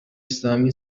اسلامی